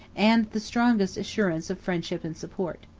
and the strongest assurances of friendship and support.